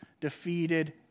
defeated